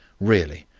really,